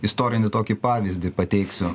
istorinį tokį pavyzdį pateiksiu